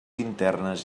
internes